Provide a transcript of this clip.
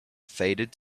faded